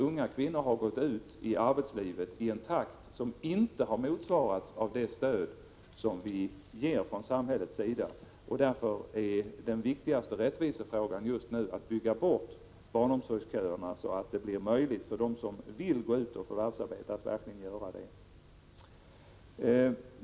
Unga kvinnor har gått ut i arbetslivet i en takt som inte har motsvarats av det stöd som vi ger från samhällets sida. Därför är den viktigaste rättvisefrågan just nu att bygga bort barnomsorgsköerna, så att det blir möjligt för dem som vill gå ut och förvärvsarbeta att verkligen göra det.